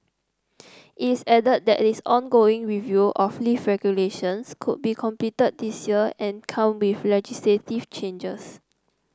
it's added that its ongoing review of lift regulations could be completed this year and come with legislative changes